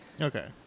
Okay